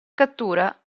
cattura